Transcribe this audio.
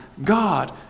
God